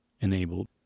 enabled